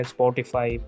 Spotify